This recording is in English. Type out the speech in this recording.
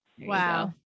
Wow